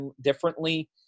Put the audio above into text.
differently